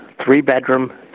three-bedroom